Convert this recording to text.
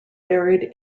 buried